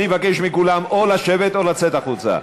אני מבקש מכולם או לשבת או לצאת החוצה.